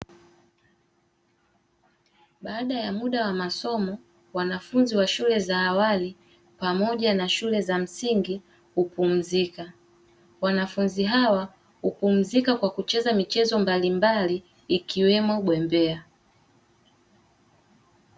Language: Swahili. Baada ya muda wa masomo, wanafunzi wa shule za awali, pamoja na shule za msingi hupumzika. Wanafunzi hawa hupumzika kwa kucheza michezo mbalimbali ikiwemo bembea.